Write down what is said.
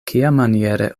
kiamaniere